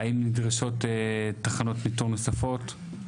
האם נדרשות תחנות ניטור נוספות?